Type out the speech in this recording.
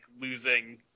losing